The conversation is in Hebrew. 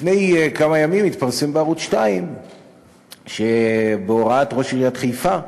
לפני כמה ימים התפרסם בערוץ 2 שבהוראת ראש עיריית חיפה,